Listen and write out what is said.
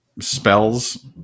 spells